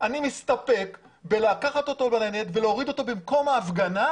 אני מסתפק בזה שאני לוקח אותו בניידת ומוריד אותו במקום ההפגנה.